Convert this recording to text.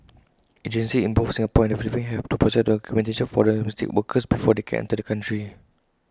agencies in both Singapore and the Philippines have to process documentation for domestic workers before they can enter the country